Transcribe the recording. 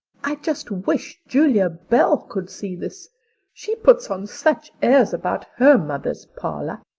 i just wish julia bell could see this she puts on such airs about her mother's parlor.